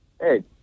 Hey